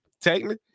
Technically